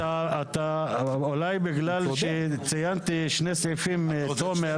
אולי בגלל שציינתי שני סעיפים, תומר.